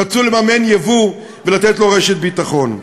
רצו לממן יבוא ולתת לו רשת ביטחון.